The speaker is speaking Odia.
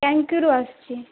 ଟାଙ୍କିରୁ ଆସୁଛି